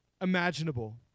imaginable